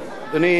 אדוני היושב-ראש,